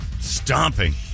stomping